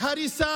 ההריסה